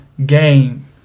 game